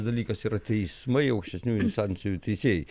dalykas yra teismai aukštesnių instancijų teisėjai